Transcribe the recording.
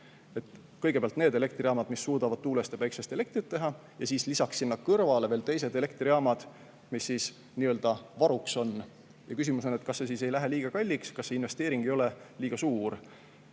kõigepealt need elektrijaamad, mis suudavad tuulest ja päikesest elektrit teha. ja siis lisaks sinna kõrvale veel teised elektrijaamad, mis on varuks, siis kas see ei lähe liiga kalliks, kas see investeering ei ole liiga suur.